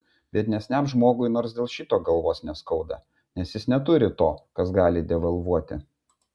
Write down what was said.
biednesniam žmogui nors dėl šito galvos neskauda nes jis neturi to kas gali devalvuoti